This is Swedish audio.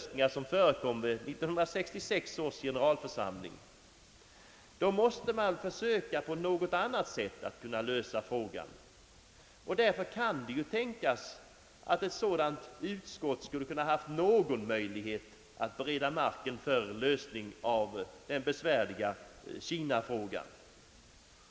Sveriges utrikespolitik förekom vid 1966 års generalförsamling, då måste man försöka på något annat sätt att lösa frågan. Därför kan det tänkas att ett sådant utskott skulle kunnat ha någon möjlighet att bereda marken för en lösning av den besvärliga kinafrågan.